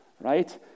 right